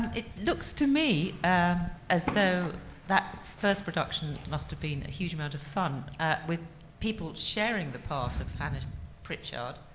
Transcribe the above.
it looks to me as though that first production must have been a huge amount of fun with people sharing the part of and pritchard.